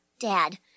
Dad